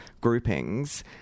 groupings